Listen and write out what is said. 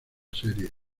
serie